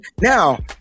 Now